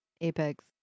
Apex